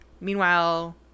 meanwhile